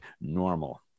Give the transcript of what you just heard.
normal